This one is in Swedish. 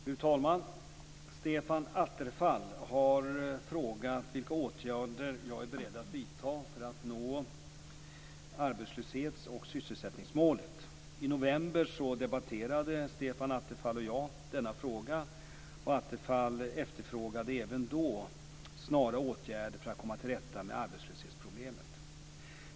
Fru talman! Stefan Attefall har frågat vilka åtgärder jag är beredd att vidta för att nå arbetslöshets och sysselsättningsmålet. I november debatterade Stefan Attefall och jag denna fråga, och Attefall efterfrågade även då snara åtgärder för att komma till rätta med arbetslöshetsproblemet.